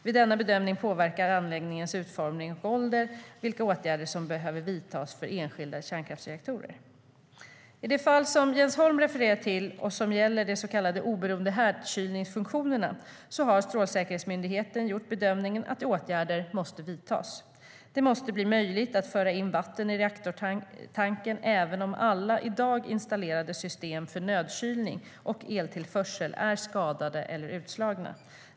Vid denna bedömning påverkar anläggningens utformning och ålder vilka åtgärder som behöver vidtas för enskilda kärnkraftsreaktorer.I de fall som Jens Holm refererar till och som gäller de så kallade oberoende härdkylningsfunktionerna har Strålsäkerhetsmyndigheten gjort bedömningen att åtgärder måste vidtas. Det måste bli möjligt att föra in vatten i reaktortanken även om alla i dag installerade system för nödkylning och eltillförsel är skadade eller utslagna.